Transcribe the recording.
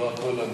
אדוני,